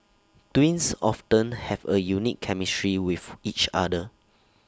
twins often have A unique chemistry with each other